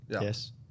Yes